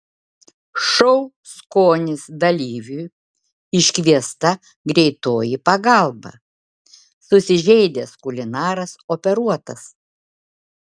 šou skonis dalyviui iškviesta greitoji pagalba susižeidęs kulinaras operuotas